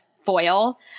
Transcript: foil